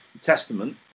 Testament